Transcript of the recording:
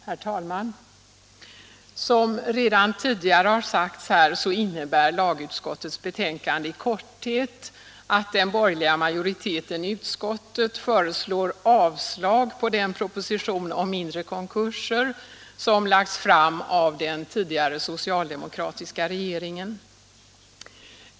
Herr talman! Som redan tidigare sagts här innebär lagutskottets betänkande i korthet att den borgerliga majoriteten i utskottet föreslår avslag på den proposition om mindre konkurser som framlagts av den tidigare socialdemokratiska regeringen.